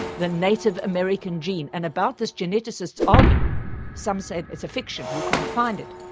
the native american gene, and about this geneticists argue some said it's a fiction you can't find it,